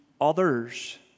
others